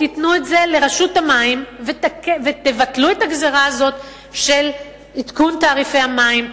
תיתנו את זה לרשות המים ותבטלו את הגזירה הזאת של עדכון תעריפי המים,